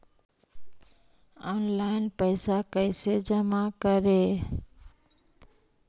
Online पैसा कैसे जमा करे?